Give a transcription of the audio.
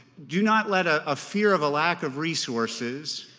do not let ah a fear of a lack of resources